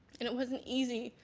and it wasn't easy,